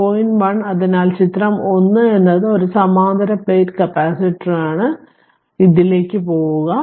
1 അതിനാൽ ചിത്രം 1 എന്നത് ഒരു സമാന്തര പ്ലേറ്റ് കപ്പാസിറ്ററാണ് 0 അതിനാൽ ഇതിലേക്ക് പോകുക